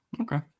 okay